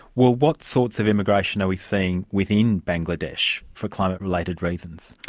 well, what sorts of immigration are we seeing within bangladesh for climate related reasons?